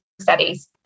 studies